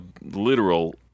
literal